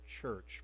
church